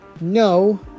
no